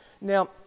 Now